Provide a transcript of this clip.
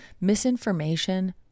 misinformation